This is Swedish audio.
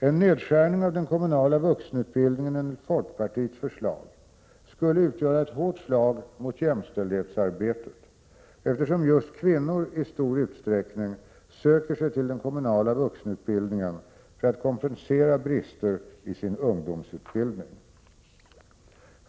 En nedskärning av den kommunala vuxenutbildningen enligt folkpartiets förslag skulle utgöra ett hårt slag mot jämställdhetsarbetet, eftersom just kvinnor i stor utsträckning söker sig till den kommunala vuxenutbildningen för att kompensera brister i sin ungdomsutbildning.